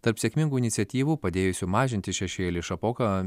tarp sėkmingų iniciatyvų padėjusių mažinti šešėlį šapoka